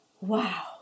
wow